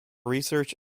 research